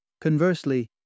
Conversely